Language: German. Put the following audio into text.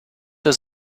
der